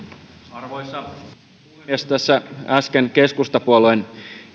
arvoisa puhemies tässä äsken keskustapuolueen